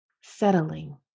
Settling